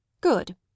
good